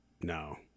no